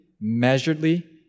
measuredly